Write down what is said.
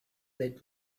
let